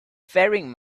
faring